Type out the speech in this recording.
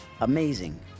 Amazing